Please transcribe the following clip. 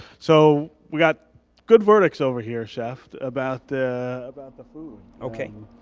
so we got good words over here, chef about the about the food. okay.